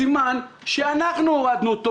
סימן שאנחנו הורדנו את המחיר,